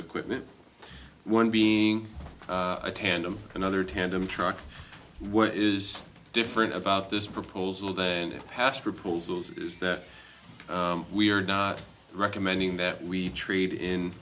equipment one being a tandem another tandem truck what is different about this proposal than past proposals is that we are not recommending that we treat